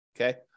Okay